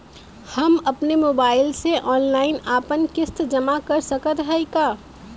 हम अपने मोबाइल से ऑनलाइन आपन किस्त जमा कर सकत हई का?